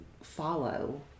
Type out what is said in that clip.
follow